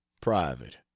private